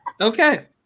Okay